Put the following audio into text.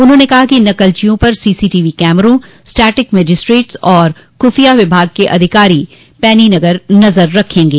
उन्होंने कहा कि नक़लचियों पर सीसीटीवी कैमरा स्टैटिक मजिस्ट्रेट और खुफिया विभाग के अधिकारी पैनी नज़र रखेंगे